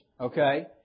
Okay